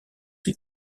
ses